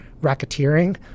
racketeering